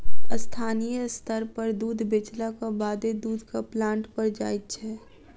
स्थानीय स्तर पर दूध बेचलाक बादे दूधक प्लांट पर जाइत छै